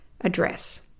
address